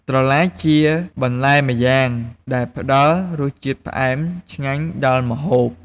ត្រឡាចជាបន្លែម្យ៉ាងដែលផ្ដល់រសជាតិផ្អែមឆ្ងាញ់ដល់ម្ហូប។